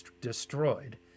destroyed